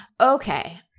Okay